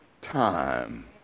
time